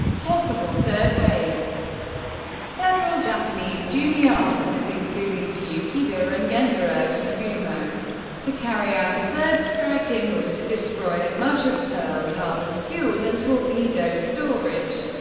possible third wave several japanese junior officers including fuchida and genda urged nagumo to carry out a third strike in order to destroy as much of pearl harbor's fuel and torpedo storage,